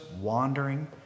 wandering